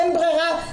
אין ברירה,